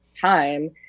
time